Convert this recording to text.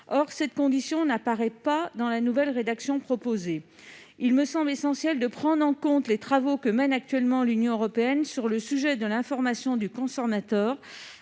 ». Cette condition n'apparaît pas dans la nouvelle rédaction proposée. Or il est essentiel de prendre en compte les travaux que mène actuellement l'Union européenne sur le sujet de l'information du consommateur,